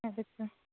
ಅದಕ್ಕೆ